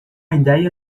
ideia